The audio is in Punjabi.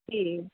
ਜੀ